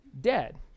dead